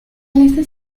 listas